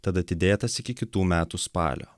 tad atidėtas iki kitų metų spalio